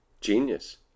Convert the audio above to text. Genius